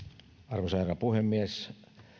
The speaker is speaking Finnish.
arvoisa herra puhemies